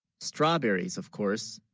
strawberries of course,